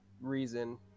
reason